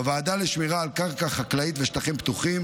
בוועדה לשמירה על קרקע חקלאית ושטחים פתוחים